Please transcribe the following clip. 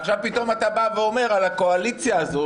ועכשיו פתאום אתה בא ואומר על הקואליציה הזאת